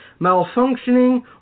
malfunctioning